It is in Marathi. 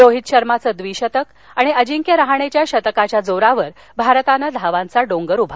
रोहित शर्माचं द्विशतक आणि अजिंक्य राहणेच्या शतकाच्या जोरावर भारतानं धावांचा डोंगर उभा केला